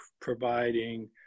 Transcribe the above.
providing